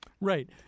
Right